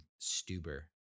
Stuber